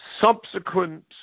subsequent